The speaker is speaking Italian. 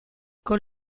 con